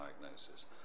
diagnosis